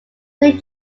saint